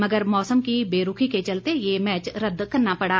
मगर मौसम की बेरूखी के चलते ये मैच रदद करना पड़ा